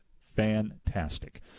Fantastic